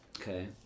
Okay